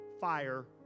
fire